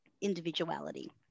individuality